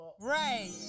Right